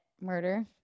murder